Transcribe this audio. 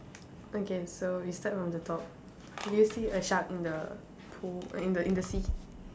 okay so we start from the top do you see a shark in the pool in the in the sea